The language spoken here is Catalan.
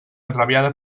enrabiada